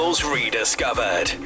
Rediscovered